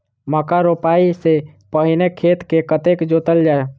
मक्का रोपाइ सँ पहिने खेत केँ कतेक जोतल जाए?